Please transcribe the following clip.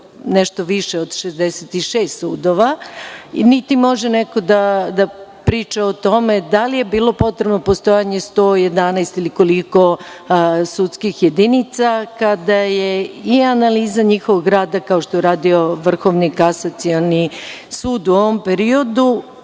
nešto više od 66 sudova, niti može neko da priča o tome da li je bilo potrebno postojanje 111 ili koliko, sudskih jedinica kada je i analiza njihovog rada kao što je radio Vrhovni kasacioni sud u ovom periodu,